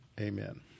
Amen